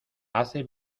hace